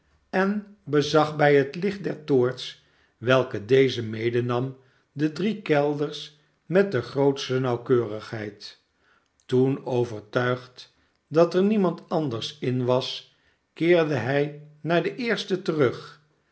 en bezag bij het licht der toorts welke deze medenam de drie kelders met de grootste nauwkeurigheid toen overtuigd dat er niemand anders in was keerde hij naar den eersten terug